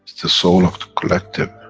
the soul of the collective,